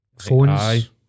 Phones